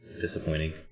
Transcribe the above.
disappointing